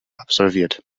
absolviert